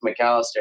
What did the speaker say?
McAllister